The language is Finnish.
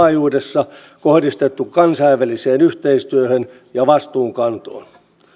laajuudessa kohdistettu kansainväliseen yhteistyöhön ja vastuunkantoon